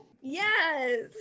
Yes